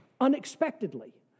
unexpectedly